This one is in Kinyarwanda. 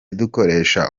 dukoresha